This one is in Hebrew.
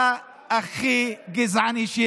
למה היא בכלא, אתה הכי גזעני שיש.